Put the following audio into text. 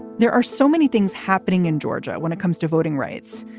there are so many things happening in georgia. when it comes to voting rights,